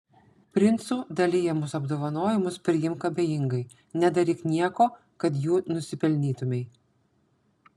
princų dalijamus apdovanojimus priimk abejingai nedaryk nieko kad jų nusipelnytumei